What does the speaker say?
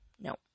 No